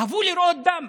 אהבו לראות דם.